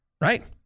right